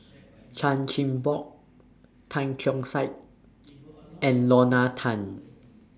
Chan Chin Bock Tan Keong Saik and Lorna Tan